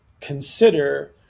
consider